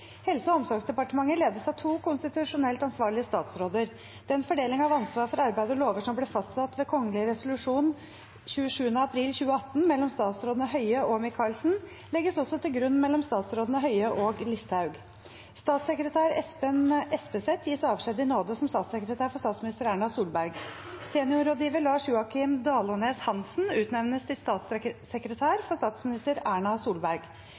Helse- og omsorgsdepartementet ledes av to konstitusjonelt ansvarlige statsråder. Den fordeling av ansvar for arbeid og lover som ble fastsatt ved kongelig resolusjon 27. april 2018, mellom statsrådene Høie og Michaelsen, legges også til grunn mellom statsrådene Høie og Listhaug. Statssekretær Espen Espeset gis avskjed i nåde som statssekretær for statsminister Erna Solberg. Seniorrådgiver Lars Joakim Dalånes Hanssen utnevnes til statssekretær for statsminister Erna Solberg.